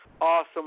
awesome